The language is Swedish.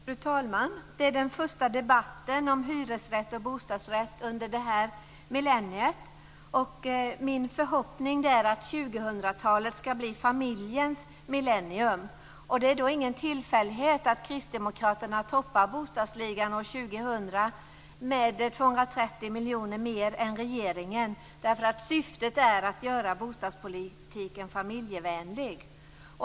Fru talman! Detta är den första debatten om hyresrätt och bostadsrätt under det här millenniet. Min förhoppning är att 2000-talet ska bli familjens millennium. Det är ingen tillfällighet att Kristdemokraterna toppar bostadsligan år 2000 med 230 miljoner mer än regeringen. Syftet är att göra bostadspolitiken familjevänlig.